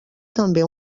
també